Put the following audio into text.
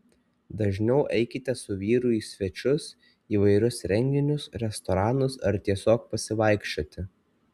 dažniau eikite su vyru į svečius įvairius renginius restoranus ar tiesiog pasivaikščioti